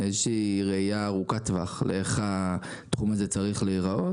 איזו שהיא ראייה ארוכת טווח לאיך התחום הזה צריך להיראות,